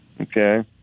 okay